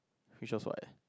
which show what